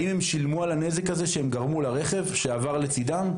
האם הם שילמו על הנזק הזה שהם גרמו לרכב שעבר לצדם?